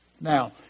Now